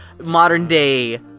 modern-day